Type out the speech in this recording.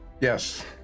Yes